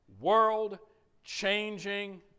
world-changing